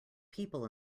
people